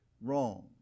Wrong